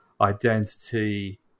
identity